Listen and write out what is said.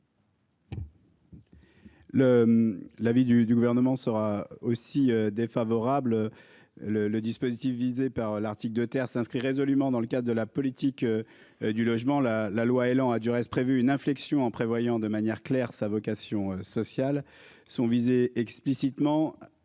vie du du gouvernement sera aussi défavorable. Le le dispositif visé par l'article de terre s'inscrit résolument dans le cadre de la politique. Du logement, la la loi Elan a du reste prévu une inflexion en prévoyant de manière claire sa vocation sociale sont visés explicitement.